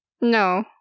No